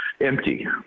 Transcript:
empty